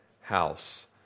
house